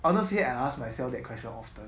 honestly I ask myself that question often